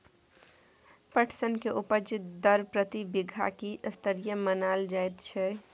पटसन के उपज दर प्रति बीघा की स्तरीय मानल जायत छै?